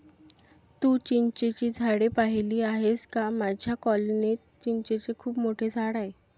तू चिंचेची झाडे पाहिली आहेस का माझ्या कॉलनीत चिंचेचे खूप मोठे झाड आहे